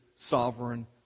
Sovereign